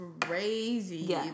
crazy